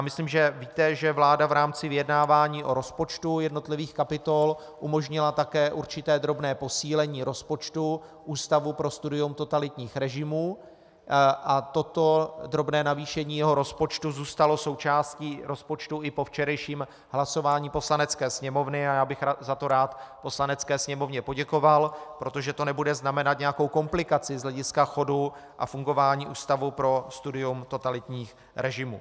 Myslím si, že víte, že vláda v rámci vyjednávání o rozpočtu jednotlivých kapitol umožnila také určité drobné posílení rozpočtu Ústavu pro studium totalitních režimů, a toto drobné navýšení jeho rozpočtu zůstalo součástí rozpočtu i po včerejším hlasování Poslanecké sněmovny a já bych za to rád Poslanecké sněmovně poděkoval, protože to nebude znamenat nějakou komplikaci z hlediska chodu a fungování Ústavu pro studium totalitních režimů.